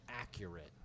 accurate